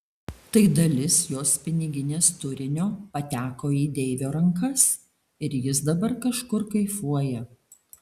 tai dalis jos piniginės turinio pateko į deivio rankas ir jis dabar kažkur kaifuoja